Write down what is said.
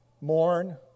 Mourn